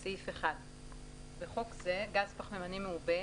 ב בחוק זה - "גז פחמימני מעובה",